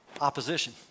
opposition